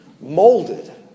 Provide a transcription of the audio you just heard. molded